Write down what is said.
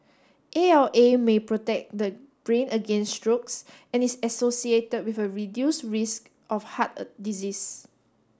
A L A may protect the brain against strokes and is associated with a reduce risk of heart a disease